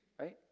right